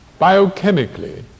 biochemically